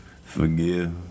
forgive